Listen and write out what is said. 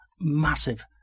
massive